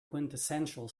quintessential